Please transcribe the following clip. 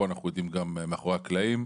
אנחנו יודעים שגם מאחורי הקלעים,